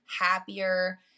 happier